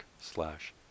slash